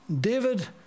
David